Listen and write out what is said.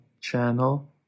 channel